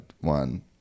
one